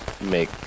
make